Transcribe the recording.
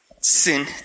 sin